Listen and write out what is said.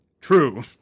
True